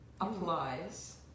applies